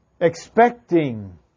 Expecting